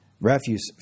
refuse